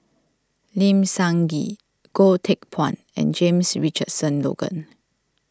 Lim Sun Gee Goh Teck Phuan and James Richardson Logan